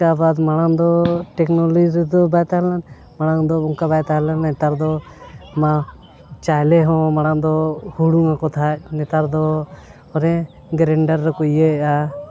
ᱩᱥᱠᱮᱵ ᱵᱟᱫ ᱢᱟᱲᱟᱝ ᱫᱚ ᱴᱮᱠᱱᱳᱞᱚᱡᱤ ᱨᱮᱫᱚ ᱵᱟᱭ ᱛᱟᱦᱮᱸ ᱞᱮᱱ ᱢᱟᱲᱟᱝ ᱫᱚ ᱚᱱᱠᱟ ᱵᱟᱭ ᱛᱟᱦᱮᱸ ᱞᱮᱱᱟ ᱱᱮᱛᱟᱨ ᱫᱚ ᱢᱟ ᱪᱟᱭᱞᱮ ᱦᱚᱸ ᱢᱟᱲᱟᱝ ᱫᱚ ᱦᱩᱲᱩᱝ ᱟᱠᱚ ᱠᱷᱟᱡ ᱱᱮᱛᱟᱨ ᱫᱚ ᱚᱱᱮ ᱜᱨᱮᱱᱰᱟᱨ ᱨᱮᱠᱚ ᱤᱭᱟᱹᱭᱮᱜᱼᱟ